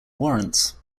warrants